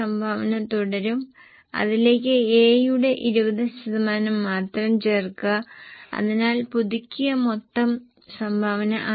ഇപ്പോൾ ഒരു ലക്ഷം മെട്രിക് ടണ്ണിന് 124 എന്ന നിരക്കിലുള്ള വിൽപന കണക്കാക്കിയാൽ ഇത് മൊത്തം കോടികളുടെ കണക്കുകളായിരുന്നു